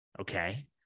okay